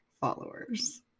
followers